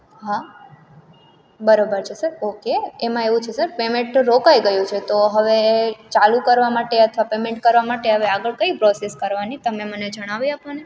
હા બરોબર છે સર ઓકે એમાં એવું છે સર પેમેન્ટ તો રોકાઈ ગયું છે તો હવે ચાલુ કરવા માટે અથવા પેમેન્ટ કરવા માટે હવે આગળ કઈ પ્રોસેસ કરવાની તમે મને જણાવી આપોને